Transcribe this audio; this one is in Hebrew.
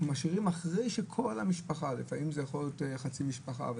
לפעמים זאת יכולה להיות חצי מהמשפחה או